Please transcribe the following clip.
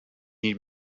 need